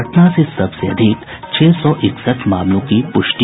पटना से सबसे अधिक छह सौ इकसठ मामलों की पुष्टि